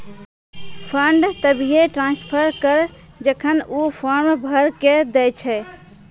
fund तभिये transfer करऽ जेखन ऊ फॉर्म भरऽ के दै छै